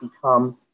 become